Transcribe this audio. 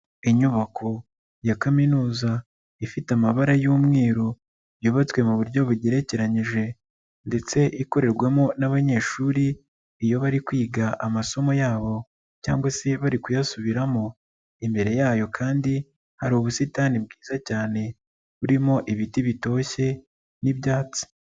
Inyubako ya kaminuza ifite amabara y'umweru, yubatswe mu buryo bugerekeranyije ndetse ikorerwamo n'abanyeshuri iyo bari kwiga amasomo yabo cyangwa se bari kuyasubiramo, imbere yayo kandi hari ubusitani bwiza cyane burimo ibiti bitoshye n'ibyatsi.